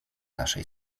naszej